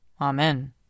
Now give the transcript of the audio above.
Amen